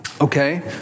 Okay